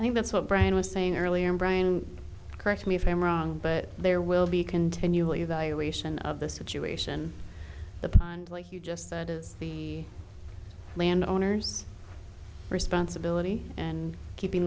mean that's what brian was saying earlier brian and correct me if i'm wrong but there will be continually evaluation of the situation the pond like you just said is the landowners responsibility and keeping